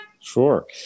Sure